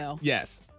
Yes